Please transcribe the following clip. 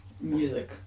music